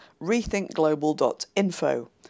rethinkglobal.info